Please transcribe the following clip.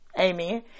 amen